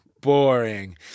boring